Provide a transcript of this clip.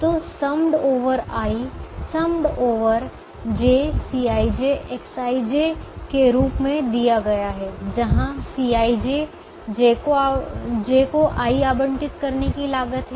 तो summed over i summed over j Cij Xij के रूप में दिया गया है जहाँ Cij j को i आवंटित करने की लागत है